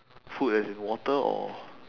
food as in water or